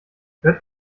hört